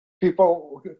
People